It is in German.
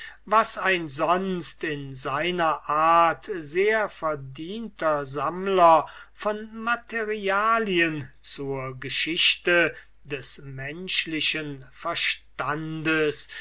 was ein sonst in seiner art sehr verdienter sammler von materialien zur geschichte des menschlichen verstandes